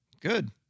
Good